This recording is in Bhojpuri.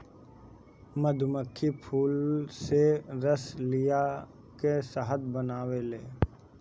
मधुमक्खी फूल से रस लिया के शहद बनावेले